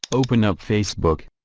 open up facebook